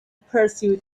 pursue